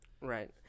Right